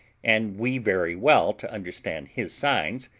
and we very well to understand his signs,